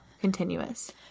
continuous